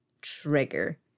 trigger